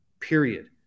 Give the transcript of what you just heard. period